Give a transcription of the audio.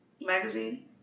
magazine